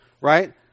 Right